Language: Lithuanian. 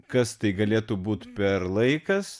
kas tai galėtų būt per laikas